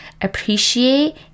appreciate